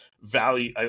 value